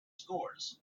scores